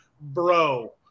Bro